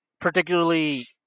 particularly